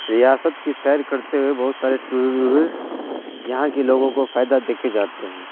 ریاست کی سیر کرتے ہوئے بہت سارے ٹورس یہاں کے لوگوں کو فائدہ دے کے جاتے ہیں